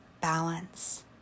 balance